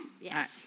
Yes